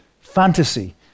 fantasy